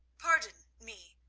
pardon me,